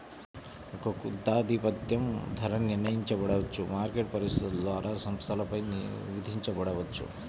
ఒక గుత్తాధిపత్యం ధర నిర్ణయించబడవచ్చు, మార్కెట్ పరిస్థితుల ద్వారా సంస్థపై విధించబడవచ్చు